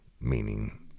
meaning